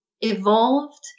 evolved